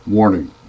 Warning